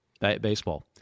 Baseball